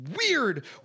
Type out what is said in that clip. weird